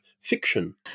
fiction